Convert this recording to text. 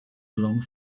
along